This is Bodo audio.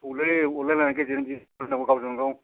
औलै अनलायलायनि गेजेरजों मिलायनांगौ गावजोंगाव